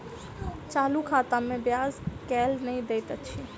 चालू खाता मे ब्याज केल नहि दैत अछि